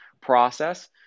process